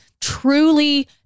truly